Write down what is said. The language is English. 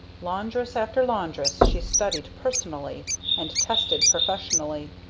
laundress after laundress she studied personally and tested professionally,